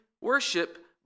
worship